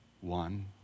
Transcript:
one